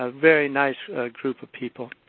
ah very nice group of people.